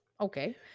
Okay